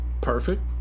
perfect